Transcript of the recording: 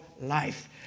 life